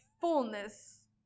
fullness